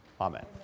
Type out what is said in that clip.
Amen